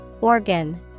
Organ